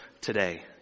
today